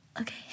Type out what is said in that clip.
okay